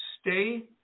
Stay